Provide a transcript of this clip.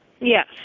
Yes